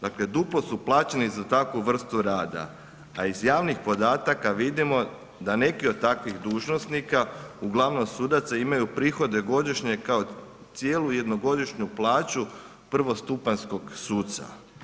Dakle duplo su plaćeni za takvu vrstu rada a iz javnih podataka vidimo da neki od takvih dužnosnika uglavnom sudaca, imaju prihode godišnje kao cijelu jednogodišnju plaću prvostupanjskog suca.